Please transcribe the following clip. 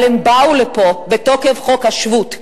אבל הם באו לפה בתוקף חוק השבות.